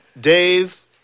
Dave